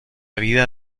vida